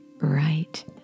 right